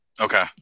Okay